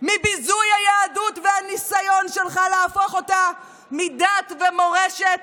מביזוי היהדות והניסיון להפוך אותה מדת ומורשת